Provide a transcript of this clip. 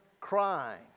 crying